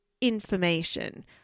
information